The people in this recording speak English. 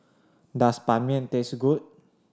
does Ban Mian taste good